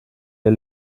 der